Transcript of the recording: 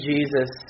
Jesus